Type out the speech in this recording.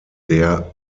der